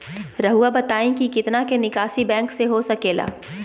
रहुआ बताइं कि कितना के निकासी बैंक से हो सके ला?